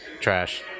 trash